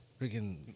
freaking